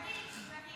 סגנית, סגנית.